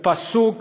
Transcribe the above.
לאמירה: